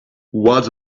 what